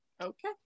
Okay